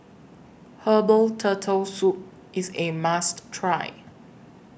Herbal Turtle Soup IS A must Try